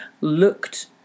looked